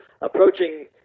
approaching